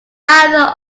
either